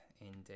Indeed